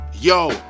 Yo